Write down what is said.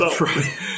right